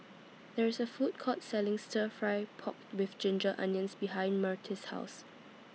There IS A Food Court Selling Stir Fry Pork with Ginger Onions behind Myrtis' House